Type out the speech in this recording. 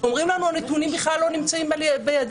אומרים לנו שהנתונים בכלל לא נמצאים בידם,